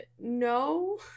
no